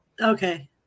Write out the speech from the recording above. Okay